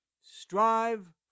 Strive